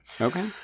Okay